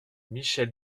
michèle